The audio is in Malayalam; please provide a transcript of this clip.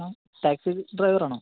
അ ടാക്സി ഡ്രൈവർ ആണോ